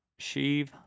Sheev